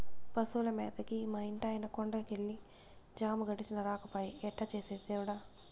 పశువుల మేతకి మా ఇంటాయన కొండ కెళ్ళి జాము గడిచినా రాకపాయె ఎట్టా చేసేది దేవుడా